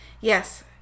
Yes